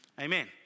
Amen